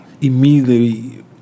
immediately